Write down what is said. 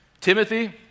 Timothy